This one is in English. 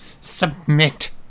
Submit